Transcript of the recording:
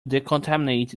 decontaminate